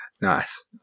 Nice